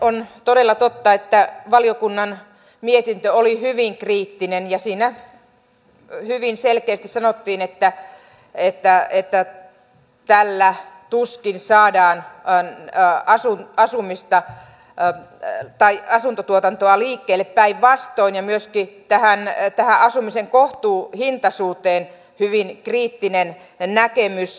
on todella totta että valiokunnan mietintö oli hyvin kriittinen ja siinä hyvin selkeästi sanottiin että tällä tuskin saadaan aini ja asui asumista ja teen tai asuntotuotantoa liikkeelle päinvastoin ja myöskin oli tähän asumisen kohtuuhintaisuuteen hyvin kriittinen näkemys